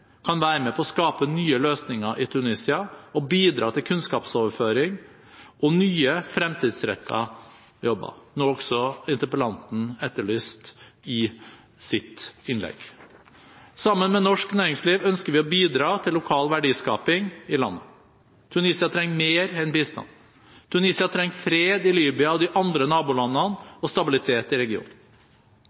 kan være med på å skape nye løsninger i Tunisia og bidra til kunnskapsoverføring og nye, fremtidsrettede jobber, noe også interpellanten etterlyste i sitt innlegg. Sammen med norsk næringsliv ønsker vi å bidra til lokal verdiskaping i landet. Tunisia trenger mer enn bistand. Tunisia trenger fred i Libya og de andre nabolandene og stabilitet i regionen.